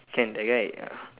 can that guy uh